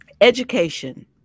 education